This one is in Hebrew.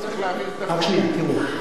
תראו,